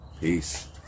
Peace